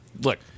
Look